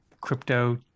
crypto